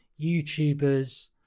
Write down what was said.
YouTubers